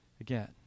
again